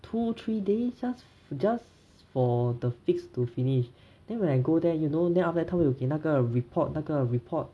two three days just just for the fix to finish then when I go there you know then after that 他们有给那个 report 那个 report